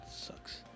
sucks